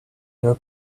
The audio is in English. your